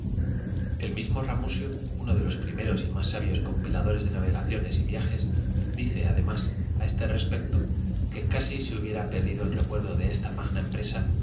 el mismo ramusio uno de los primeros y más sabios compiladores de navegaciones y viajes dice además a este respecto que casi se hubiera perdido el recuerdo de esta magna empresa